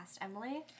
Emily